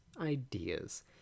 ideas